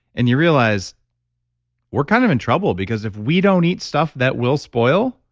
and you realize we're kind of in trouble because if we don't eat stuff that will spoil,